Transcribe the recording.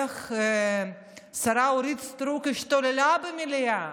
איך השרה אורית סטרוק השתוללה במליאה,